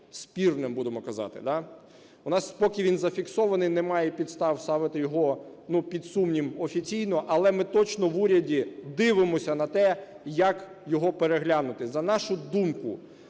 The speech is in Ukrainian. спірним, будемо казати, да, у нас поки він зафіксований, немає підстав ставити його під сумнів офіційно, але ми точно в уряді дивимося на те, як його переглянути. На нашу думку,